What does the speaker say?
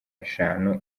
eshanu